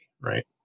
right